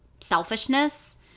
selfishness